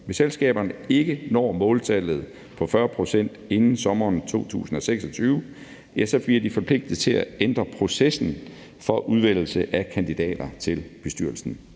Hvis selskaberne ikke når måltallet på 40 pct. inden sommeren 2026, bliver de forpligtet til at ændre processen for udvælgelse af kandidater til bestyrelsen.